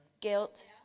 guilt